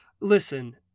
Listen